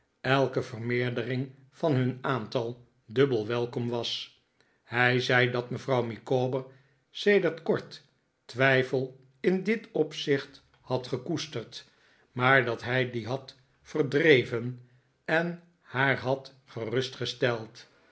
elke vermeerdering van hun aantal dubbel welkom was hij zei dat mevrouw micawber sedert kort twijfel in dit opzicht had gekoesterd maar dat hij dien had verdreven en haar had